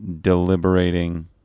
deliberating